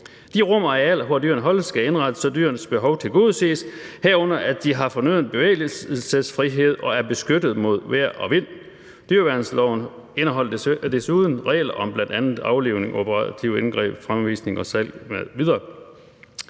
de rum og arealer, hvor dyrene holdes, skal indrettes, så dyrenes behov tilgodeses, herunder at de har fornøden bevægelsesfrihed og er beskyttet mod vejr og vind. Dyreværnsloven indeholder desuden regler om bl.a. aflivning, operative indgreb, fremvisning og salg